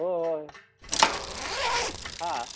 ꯍꯣꯏ ꯍꯣꯏ ꯑꯗꯨ ꯍꯥ